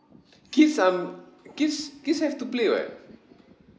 kids are m~ kids kids have to play [what]